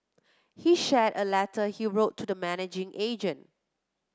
he shared a letter he wrote to the managing agent